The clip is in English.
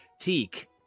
Teak